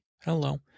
Hello